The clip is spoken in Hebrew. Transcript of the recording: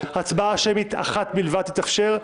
הצבעה שמית אחת בלבד תתאפשר.